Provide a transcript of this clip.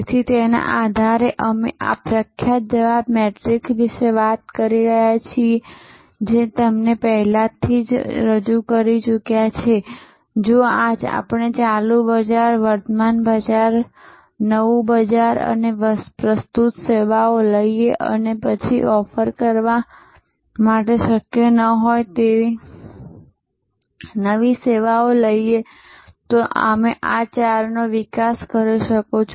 તેથી તેના આધારે અમે આ પ્રખ્યાત જવાબ મેટ્રિક્સ વિશે વાત કરી શકીએ છીએ જે તમને પહેલાથી જ રજૂ કરી ચૂક્યા છે કે જો આપણે ચાલુ બજાર વર્તમાન બજાર નવું બજાર અને પ્રસ્તુત સેવાઓને લઈએ અને ઓફર કરવા માટે શક્ય હોય તેવી નવી સેવાઓ લઈએ તો તમે આ ચારનો વિકાસ કરી શકો છો